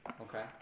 okay